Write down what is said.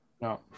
No